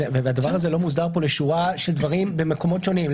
והדבר הזה לא מסודר פה לגבי שורה של דברים במקומות שונים.